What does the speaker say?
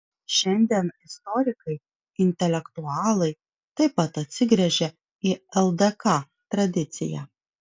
šiandien istorikai intelektualai taip pat atsigręžią į ldk tradiciją